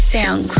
Sound